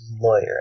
lawyer